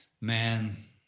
man